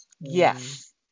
Yes